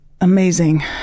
amazing